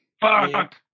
Fuck